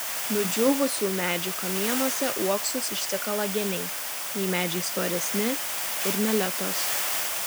nudžiūvusių medžių kamienuose uoksus išsikala geniai jei medžiai storesni ir meletos